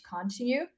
continue